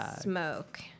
Smoke